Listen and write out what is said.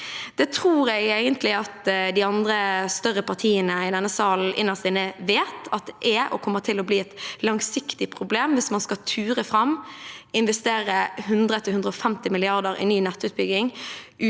Det tror jeg egentlig at de andre, større partiene i denne salen innerst inne vet: at det er og kommer til å bli et langsiktig problem hvis man skal ture fram og investere 100–150 mrd. kr i ny nettutbygging